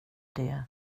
det